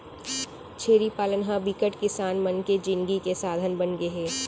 छेरी पालन ह बिकट किसान मन के जिनगी के साधन बनगे हे